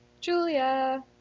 julia